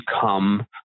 become